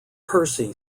percy